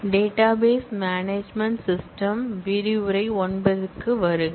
database management system களின் விரிவுரை 9 க்கு வருக